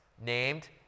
named